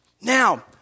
Now